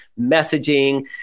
messaging